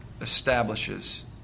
establishes